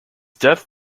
death